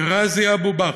מראזי אבו בכר,